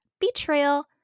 *Betrayal*